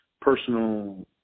personal